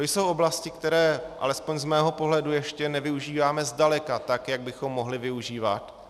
To jsou oblasti, které, alespoň z mého pohledu, ještě nevyužíváme zdaleka tak, jak bychom mohli využívat.